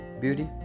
Beauty